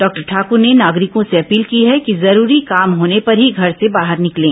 doctor Thakar ने नागरिकों से अपील की है कि जरूरी काम होने पर ही घर से बाहर निकलें